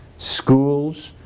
schools,